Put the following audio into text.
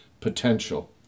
potential